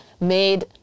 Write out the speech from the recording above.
made